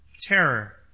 terror